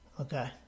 Okay